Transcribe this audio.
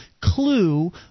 clue